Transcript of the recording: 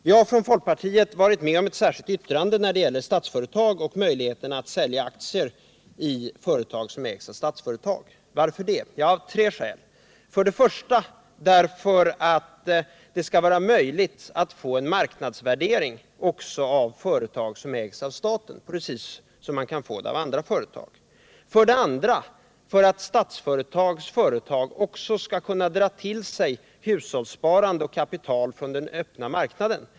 Vi har från folkpartiet varit med om ett särskilt yttrande när det gäller Statsföretag och möjligheten att sälja aktier i företag som ägs av Statsföretag. Varför det? Det är av tre skäl: 1. Det skall vara möjligt att få en marknadsvärdering också av företag som ägs av staten, precis som man kan få det av andra företag. 2. Statsföretags företag skall kunna dra till sig hushållssparande och kaptital från den öppna marknaden.